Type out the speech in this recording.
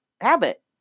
habit